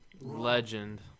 Legend